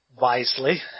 wisely